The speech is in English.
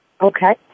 Okay